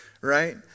right